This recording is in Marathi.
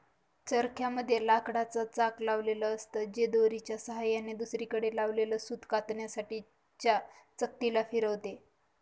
चरख्या मध्ये लाकडाच चाक लावलेल असत, जे दोरीच्या सहाय्याने दुसरीकडे लावलेल सूत कातण्यासाठी च्या चकती ला फिरवते